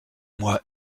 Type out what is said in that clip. moi